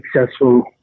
successful